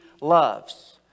loves